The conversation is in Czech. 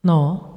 No.